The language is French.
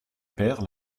perd